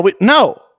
No